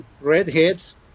redheads